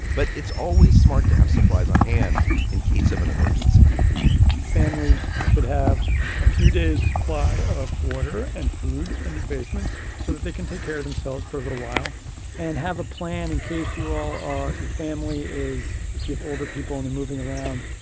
but it's always smart to have supplies on hand in case of an emergency families should have a few days supply of water and food in their basements so that they can take care of themselves for a little while and have a plan in case you all are. your family is. if you have older people in there moving around,